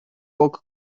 bok